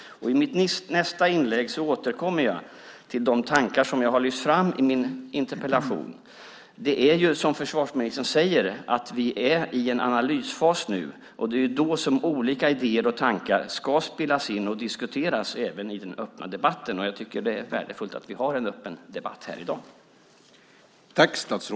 I mitt nästa inlägg återkommer jag till de tankar jag lyft fram i min interpellation. Som försvarsministern säger är vi nu inne i en analysfas då olika idéer och tankar ska spelas in och diskuteras även i den öppna debatten. Jag tycker att det är värdefullt att vi har en öppen debatt här i dag.